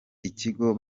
ikigo